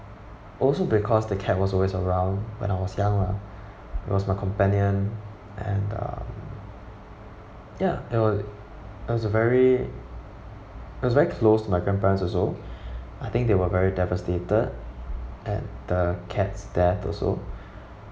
also because the cat was always around when I was young lah it was my companion and um ya it wa~ it was very it was very close to my grandparents also I think they were very devastated at the cat's death also